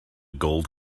gold